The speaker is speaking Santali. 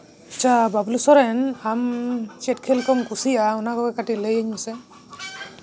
ᱟᱪᱪᱷᱟ ᱵᱟᱹᱵᱽᱞᱩ ᱥᱚᱨᱮᱱ ᱟᱢ ᱪᱮᱫ ᱠᱷᱮᱞ ᱠᱚᱢ ᱠᱩᱥᱤᱭᱟᱜᱼᱟ ᱚᱱᱟ ᱠᱚᱜᱮ ᱠᱟᱹᱴᱤᱡ ᱞᱟᱹᱭᱤᱧ ᱢᱮᱥᱮ